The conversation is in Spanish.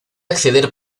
acceder